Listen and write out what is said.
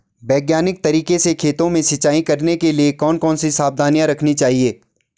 वैज्ञानिक तरीके से खेतों में सिंचाई करने के लिए कौन कौन सी सावधानी रखनी चाहिए?